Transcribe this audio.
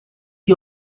you